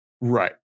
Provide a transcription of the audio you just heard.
Right